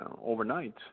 overnight